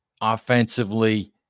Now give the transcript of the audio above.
offensively